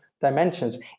dimensions